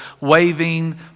waving